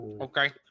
Okay